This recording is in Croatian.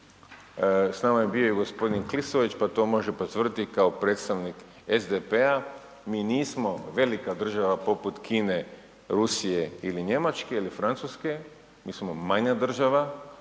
S nama je bio i gospodin Klisović pa to može potvrditi kao predstavnik SDP-a. Mi nismo velika država poput Kine, Rusije ili Njemačke ili Francuske mi smo manja država,